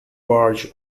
barge